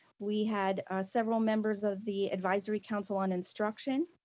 we had several members of the advisory council on instruction.